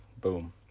Boom